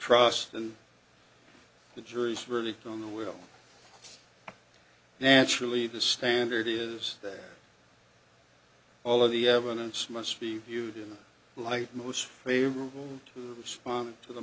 trust and the jury's verdict on the will naturally the standard is that all of the evidence must be viewed in the light most favorable to respond to the